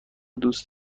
دوست